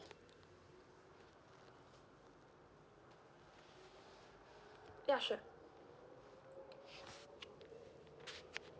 ya sure